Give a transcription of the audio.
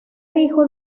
hijo